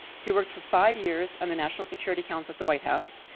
he worked for five years on the national security council at the white house,